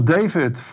David